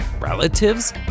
relatives